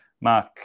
Mark